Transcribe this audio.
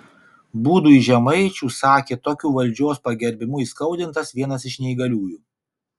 būdui žemaičių sakė tokiu valdžios pagerbimu įskaudintas vienas iš neįgaliųjų